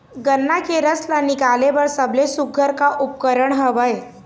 गन्ना के रस ला निकाले बर सबले सुघ्घर का उपकरण हवए?